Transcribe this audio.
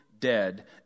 dead